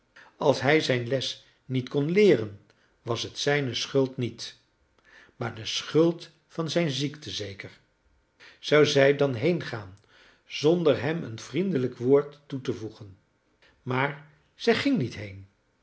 als hij zijn les niet kon leeren was het zijne schuld niet maar de schuld van zijn ziekte zeker zou zij dan heengaan zonder hem een vriendelijk woord toe te voegen maar zij ging niet heen